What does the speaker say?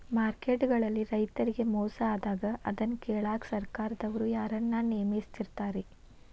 Market ಗಳಲ್ಲಿ ರೈತರಿಗೆ ಮೋಸ ಆದಾಗ ಅದನ್ನ ಕೇಳಾಕ್ ಸರಕಾರದವರು ಯಾರನ್ನಾ ನೇಮಿಸಿರ್ತಾರಿ?